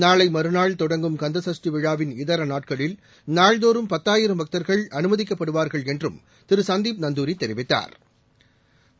நாளை மறுநாள் தொடங்கும் கந்த சஷ்டி விழாவின் இதர நாட்களில் நாள்தோறும் பத்தாயிரம் பக்தா்கள் அனுமதிக்கப்படுவாா்கள் என்றும் திரு சந்தீப் நந்தூரி தெரிவித்தாா்